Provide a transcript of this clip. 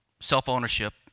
self-ownership